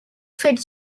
fed